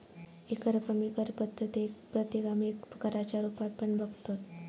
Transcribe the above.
एकरकमी कर पद्धतीक प्रतिगामी कराच्या रुपात पण बघतत